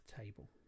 table